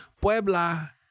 Puebla